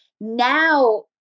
now